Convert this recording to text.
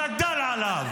שהוא גדל עליו.